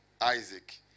Isaac